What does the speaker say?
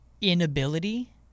inability